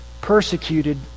persecuted